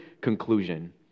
conclusion